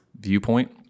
viewpoint